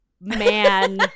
man